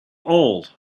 old